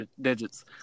digits